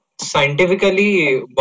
Scientifically